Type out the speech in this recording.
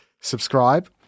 subscribe